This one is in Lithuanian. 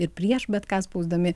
ir prieš bet ką spausdami